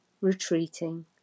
retreating